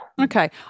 okay